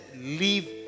leave